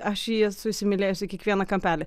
aš į jį esu įsimylėjusi kiekvieną kampelį